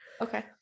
Okay